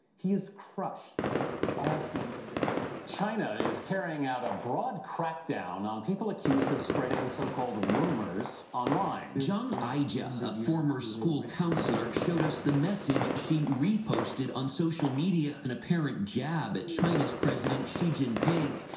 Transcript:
he has crushed all forms of dissent. china is carrying out a broad crackdown on people accused of spreading so-called rumors online. chung ai-ja, a former school counselor, showed us the message she reposted on social media, an apparent jab at china's president xi jinping.